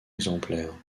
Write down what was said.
exemplaire